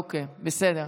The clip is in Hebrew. אוקיי, בסדר.